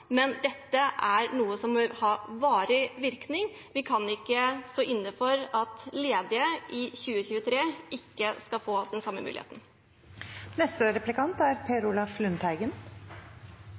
Men dette er noe som bør ha varig virkning. Vi kan ikke stå inne for at ledige i 2023 ikke skal få den samme muligheten.